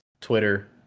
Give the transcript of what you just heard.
Twitter